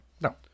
No